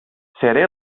seré